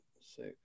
six